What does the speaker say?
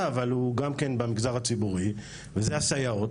אבל הוא גם כן במגזר הציבורי וזה הסייעות.